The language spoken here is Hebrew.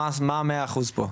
מה המאה אחוז פה?